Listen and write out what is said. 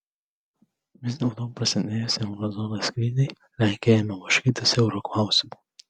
vis dėlto prasidėjus euro zonos krizei lenkija ėmė blaškytis euro klausimu